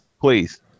please